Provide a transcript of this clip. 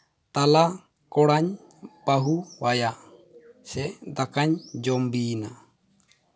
ᱛᱟᱞᱟ ᱠᱚᱲᱟᱧ ᱵᱟᱹᱦᱩ ᱟᱭᱟ ᱥᱮ ᱫᱟᱠᱟᱧ ᱡᱚᱢ ᱵᱤᱭᱮᱱᱟ